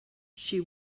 she